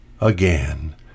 again